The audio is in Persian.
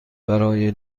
برای